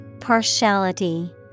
Partiality